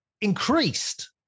increased